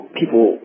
people